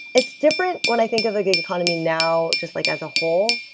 it's different when i think of the gig economy now just like as a whole,